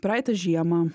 praeitą žiemą